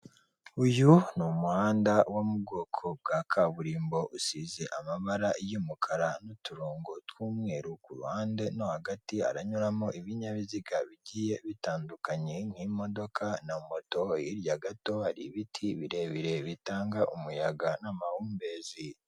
Uyu n'umuhanda wo mu bwoko bwa kaburimbo usize amabara y'umukara n'uturongo tw'umweru kuruhande no hagati hanyuramo ibinyabiziga bitandukanye nk'imodoka na moto hirya gato hari ibiti birebire bitanga umuyaga n'amahumbezi.